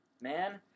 Man